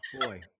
boy